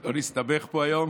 לא נסתבך פה היום,